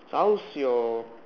how's your